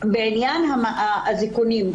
בעניין האזיקונים.